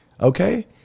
Okay